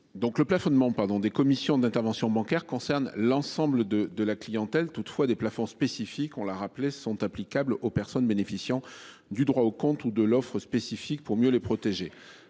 le plafonnement pardon des commissions d'intervention bancaire concerne l'ensemble de de la clientèle toutefois des plafonds spécifiques, on l'a rappelé sont applicables aux personnes bénéficiant du droit au compte ou de l'offre spécifique pour mieux les protéger.